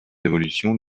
évolutions